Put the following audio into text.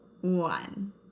one